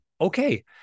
Okay